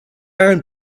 iron